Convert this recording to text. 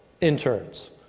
interns